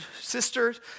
sisters